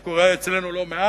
מה שקורה אצלנו לא מעט.